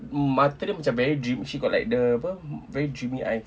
um mata dia macam very dreamy she got like the apa very dreamy eyes